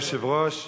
אדוני היושב-ראש,